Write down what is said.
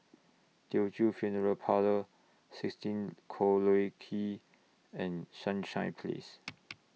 Teochew Funeral Parlour sixteen Collyer Quay and Sunshine Place